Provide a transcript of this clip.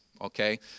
okay